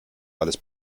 alles